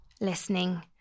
listening